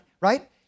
right